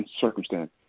circumstance